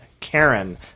Karen